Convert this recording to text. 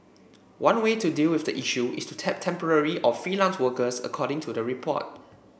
one way to deal with the issue is to tap temporary or freelance workers according to the report